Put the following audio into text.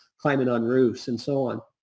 climbing on roofs and so on.